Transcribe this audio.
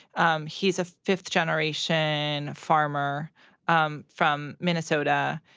um he's a fifth generation farmer um from minnesota.